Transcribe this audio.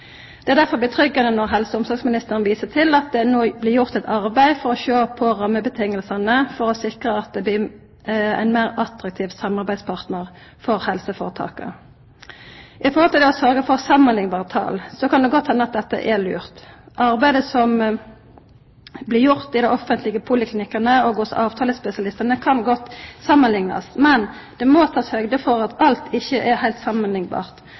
Det kjennest derfor trygt når helse- og omsorgsministeren viser til at det no blir gjort eit arbeid for å sjå på rammevilkåra for å sikra ein meir attraktiv samarbeidspartnar for helseføretaka. Når det gjeld det å sørgja for samanliknbare tal, kan det godt henda at dette er lurt. Arbeidet som blir gjort i dei offentlege poliklinikkane og hos avtalespesialistane kan godt samanliknast, men ein må ta med i berekninga at alt ikkje er heilt